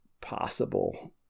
possible